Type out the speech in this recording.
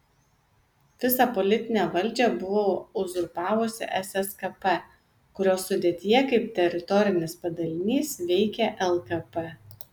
visą politinę valdžią buvo uzurpavusi sskp kurios sudėtyje kaip teritorinis padalinys veikė lkp